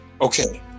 okay